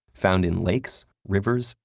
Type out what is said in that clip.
found in lakes, rivers,